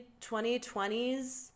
2020s